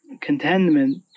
contentment